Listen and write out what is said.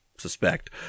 suspect